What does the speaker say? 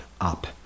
up